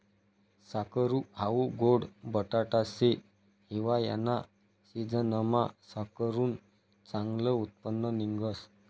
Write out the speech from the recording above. साकरू हाऊ गोड बटाटा शे, हिवायाना सिजनमा साकरुनं चांगलं उत्पन्न निंघस